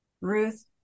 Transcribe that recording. Ruth